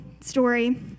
story